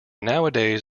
nowadays